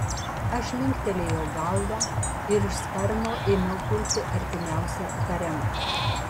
aš linktelėjau galvą ir iš sparno ėmiau pulti artimiausią haremą